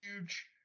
huge